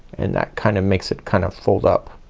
and that kind of makes it kind of fold up.